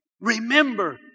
remember